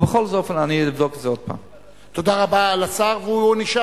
אבל בכל זאת, אני אבדוק את זה עוד פעם.